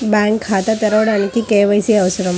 Bank ఖాతా తెరవడానికి KYC అవసరమా?